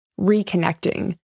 reconnecting